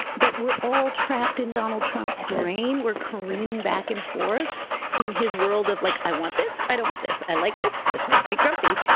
but we're all trapped in donald trump's brain. we're careening back and forth in his world of like, i want this, i don't want this. i like this. this makes me grumpy.